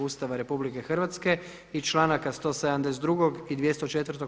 Ustava RH i članaka 172. i 204.